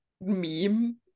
meme